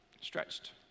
Stretched